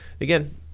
again